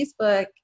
Facebook